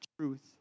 truth